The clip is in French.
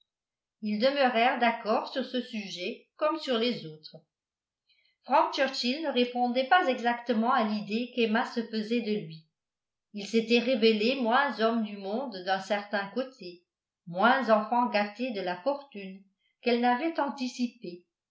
ils demeurèrent d'accord sur ce sujet comme sur les autres frank churchill ne répondait pas exactement à l'idée qu'emma se faisait de lui il s'était révélé moins homme du monde d'un certain côté moins enfant gâté de la fortune qu'elle n'avait anticipé